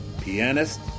pianist